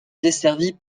desservie